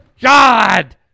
God